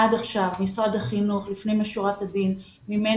עד עכשיו משרד החינוך לפנים משורת הדין מימן